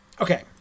Okay